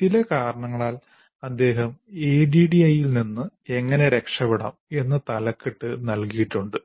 ചില കാരണങ്ങളാൽ അദ്ദേഹം ADDIE ൽ നിന്ന് എങ്ങനെ രക്ഷപ്പെടാം എന്ന തലക്കെട്ട് നൽകിയിട്ടുണ്ട്